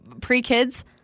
Pre-kids